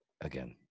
again